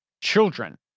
Children